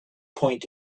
point